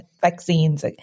vaccines